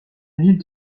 ville